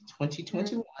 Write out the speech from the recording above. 2021